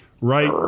right